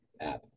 app